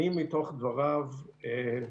א',